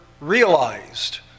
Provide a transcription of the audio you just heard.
realized